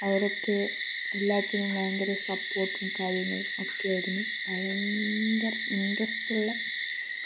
അവരൊക്കെ എല്ലാത്തിനും ഭയങ്കര സപ്പോർട്ടും കാര്യങ്ങളും ഒക്കെ ആയിരുന്നു ഭയങ്കര ഇൻറ്ററസ്റ്റ് ഉള്ള